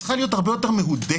צריכה להיות הרבה יותר מהודקת,